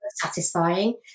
satisfying